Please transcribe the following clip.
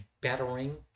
bettering